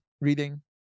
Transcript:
Reading